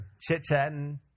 chit-chatting